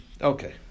Okay